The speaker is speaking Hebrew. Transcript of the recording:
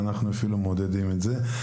ואנחנו אפילו מעודדים את זה.